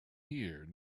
here